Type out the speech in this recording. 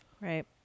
Right